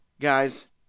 guys